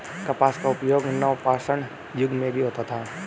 कपास का उपयोग नवपाषाण युग में भी होता था